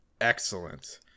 Excellent